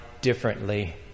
differently